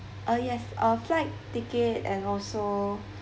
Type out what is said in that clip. uh yes uh flight ticket and also